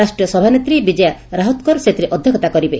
ରାଷ୍ଟୀୟ ସଭାନେତ୍ରୀ ବିଜୟା ରାହୋତକର୍ ସେଥିରେ ଅଧ୍ଘକ୍ଷତା କରିବେ